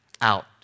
out